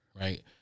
right